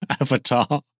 avatar